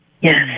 Yes